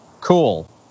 cool